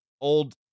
old